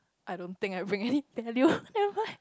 I don't think I bring any value have I